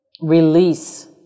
release